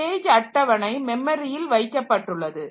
page அட்டவணை மெமரியில் வைக்கப்பட்டுள்ளது